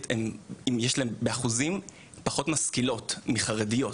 הן באחוזים פחות משכילות מחרדיות,